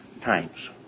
times